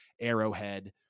Arrowhead